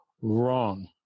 wrong